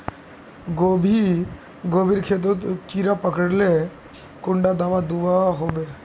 गोभी गोभिर खेतोत कीड़ा पकरिले कुंडा दाबा दुआहोबे?